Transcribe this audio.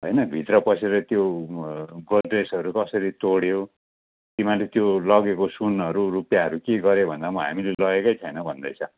होइन भित्र पसेर त्यो गोद्रेजहरू कसरी तोड्यो तिमीहरूले त्यो लगेको सुनहरू रुपियाँहरू के गर्यौँ भन्दा पनि हामीले लगेकै छैन भन्दैछ